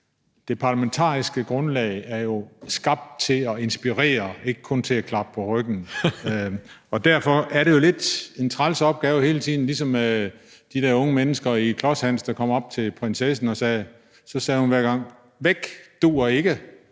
Det parlamentariske grundlag er jo skabt til at inspirere og ikke kun til at klappe på ryggen, og derfor er det jo lidt en træls opgave hele tiden at være ligesom de der unge mennesker i »Klods Hans« , der kommer op til prinsessen, som hver gang siger: Væk!